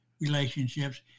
relationships